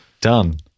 Done